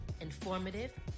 informative